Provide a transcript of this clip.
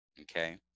Okay